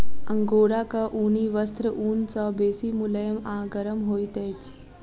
अंगोराक ऊनी वस्त्र ऊन सॅ बेसी मुलैम आ गरम होइत अछि